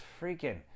freaking